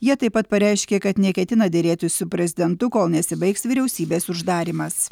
jie taip pat pareiškė kad neketina derėtis su prezidentu kol nesibaigs vyriausybės uždarymas